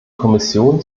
kommission